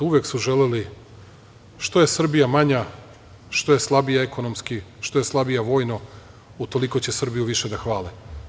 Uvek su želeli, što je Srbija manja, što je slabija ekonomski, što je slabija vojno, utoliko će Srbiju više da hvale.